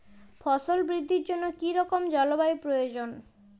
ফসল বৃদ্ধির জন্য কী রকম জলবায়ু প্রয়োজন?